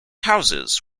houses